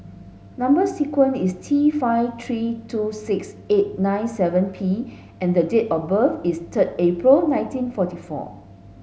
number sequence is T five three two six eight nine seven P and the date of birth is third April nineteen forty four